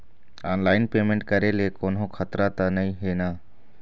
Online payment करे ले कोन्हो खतरा त नई हे न?